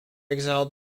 exiled